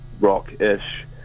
rock-ish